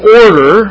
order